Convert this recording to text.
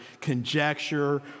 conjecture